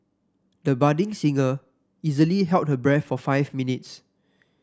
the budding singer easily held her breath for five minutes